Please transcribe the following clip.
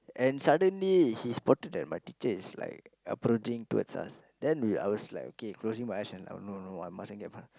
and suddenly he spotted that my teacher is like approaching towards us then we were like closing my eyes and like no no no I must not get pun~